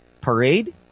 parade